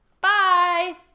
Bye